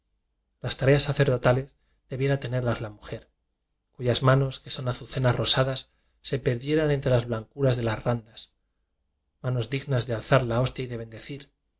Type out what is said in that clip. las tareas sacerdotales debiera tenerlas la mujer cuyas manos que son azucenas rosadas se perdieran entre las blancuras de las randas manos dignas de alzar la hostia y de bendecir